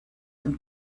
dem